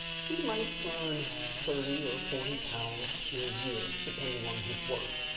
he might earn thirty or forty pounds in a year depending on his work,